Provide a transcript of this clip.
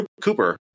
Cooper